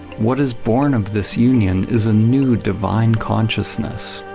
what is born of this union is a new divine consciousness.